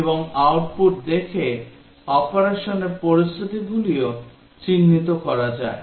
এবং আউটপুট দেখে অপারেশনের পরিস্থিতিগুলিও চিহ্নিত করা যায়